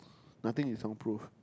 nothing is soundproof